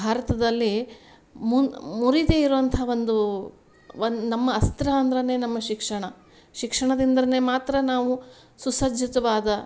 ಭಾರತದಲ್ಲಿ ಮುರಿದೇ ಇರುವಂತಹ ಒಂದು ಒಂದು ನಮ್ಮ ಅಸ್ತ್ರ ಅಂದ್ರೇನೆ ನಮ್ಮ ಶಿಕ್ಷಣ ಶಿಕ್ಷಣದಿಂದ್ರನೆ ಮಾತ್ರ ನಾವು ಸುಸಜ್ಜಿತ್ವಾದ